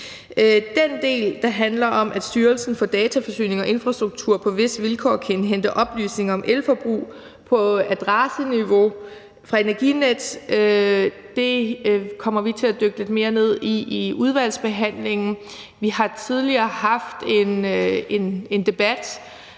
Den del, der handler om, at Styrelsen for Dataforsyning og Infrastruktur på visse vilkår kan indhente oplysninger fra Energinet om elforbrug på adresseniveau, kommer vi til at dykke lidt mere ned i i udvalgsbehandlingen. Vi har tidligere haft en